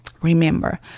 remember